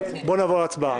בואו נעבור להצבעה.